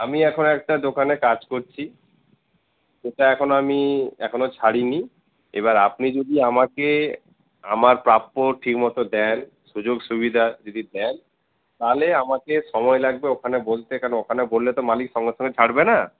আমি এখন একটা দোকানে কাজ করছি সেটা এখনো আমি এখনো ছাড়িনি এবার আপনি যদি আমাকে আমার প্রাপ্য ঠিক মত দেন সুযোগ সুবিধা যদি দেন তাহলে আমাকে সময় লাগবে ওখানে বলতে কারণ ওখানে বললে তো মালিক সঙ্গে সঙ্গে ছাড়বে না